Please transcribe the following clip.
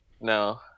no